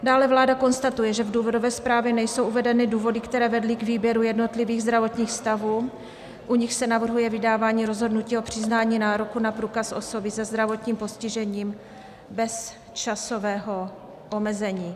Dále vláda konstatuje, že v důvodové zprávě nejsou uvedeny důvody, které vedly k výběru jednotlivých zdravotních stavů, u nichž se navrhuje vydávání rozhodnutí o přiznání nároku na průkaz osoby se zdravotním postižením bez časového omezení.